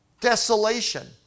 Desolation